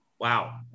Wow